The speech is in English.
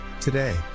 today